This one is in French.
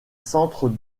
centre